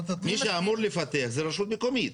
מי שאמור לפתח זה רשות מקומית.